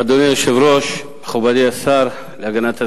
אדוני היושב-ראש, מכובדי השר להגנת הסביבה,